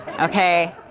okay